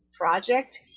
project